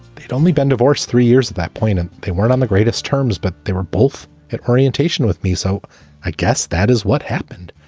they'd only been divorced three years at that point, and they weren't on the greatest terms, but they were both at orientation with me. so i guess that is what happened.